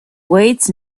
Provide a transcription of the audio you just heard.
weights